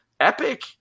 epic